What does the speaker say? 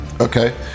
okay